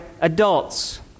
adults